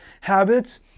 habits